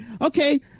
Okay